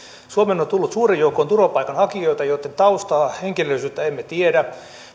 suomeen on tullut suuri joukko turvapaikanhakijoita joitten taustaa ja henkilöllisyyttä emme tiedä